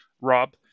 Rob